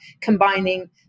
combining